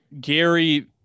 Gary